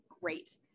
Great